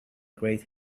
great